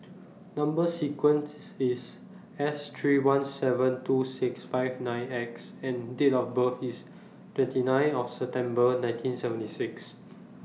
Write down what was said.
Number sequence IS S three one seven two six five nine X and Date of birth IS twenty nine of September nineteen seventy six